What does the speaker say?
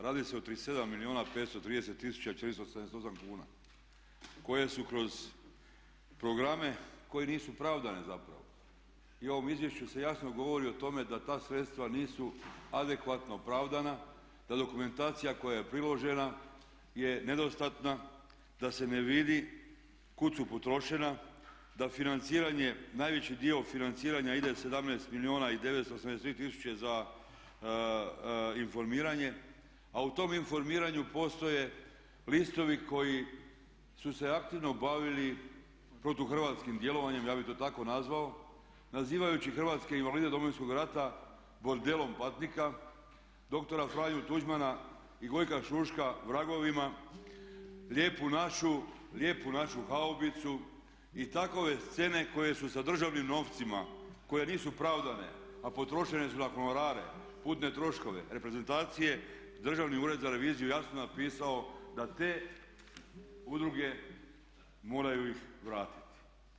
Radi se o 37 milijuna 530 tisuća 478 kuna koje su kroz programe koji nisu pravdane zapravo i u ovom izvješću se jasno govori o tome da ta sredstva nisu adekvatno opravdana, da dokumentacija koja je priložena je nedostatna, da se ne vidi kud su potrošena, da financiranje, najveći dio financiranja ide 17 milijuna i 983000 za informiranje, a u tom informiranju postoje listovi koji su se aktivno bavili protu hrvatskim djelovanjem ja bih to tako nazvao, nazivajući hrvatske invalide Domovinskog rata "bordelom patnika", dr. Franju Tuđmana i Gojka Šuška "vragovima", Lijepu našu "lijepu našu haubicu" i takove scene koje su sa državnim novcima, koje nisu pravdane, a potrošene su na honorare, putne troškove, reprezentacije Državni ured za reviziju je jasno napisao da te udruge moraju ih vratiti.